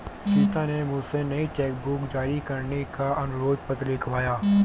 सीता ने मुझसे नई चेक बुक जारी करने का अनुरोध पत्र लिखवाया